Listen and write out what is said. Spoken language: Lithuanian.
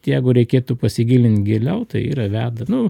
jeigu reikėtų pasigilint giliau tai yra veda nu